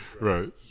right